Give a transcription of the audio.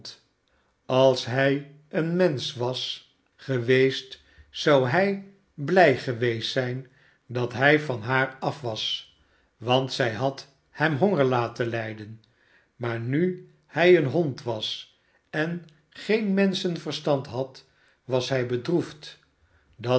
als hij een mensch was geweest zou hij blij geweest zijn dat hij van haar af was want zij had hem honger laten lijden maar nu hij een hond was en geen menschenverstand had was hij bedroefd dat